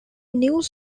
news